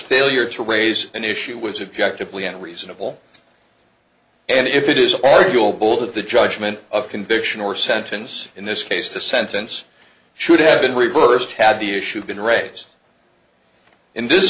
failure to raise an issue was objective liane reasonable and if it is arguable that the judgment of conviction or sentence in this case the sentence should have been reversed had the issue been raised in this